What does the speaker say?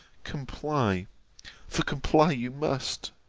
comply for comply you must,